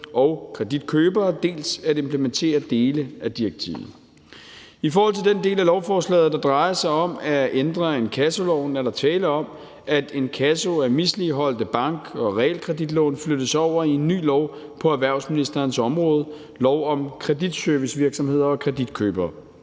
og kreditkøbere, dels at implementere dele af direktivet. I forhold til den del af lovforslaget, der drejer sig om at ændre inkassoloven, er der tale om, at inkasso af misligholdte bank- og realkreditlån flyttes over i en ny lov på erhvervsministerens område, lov om kreditservicevirksomheder og kreditkøbere.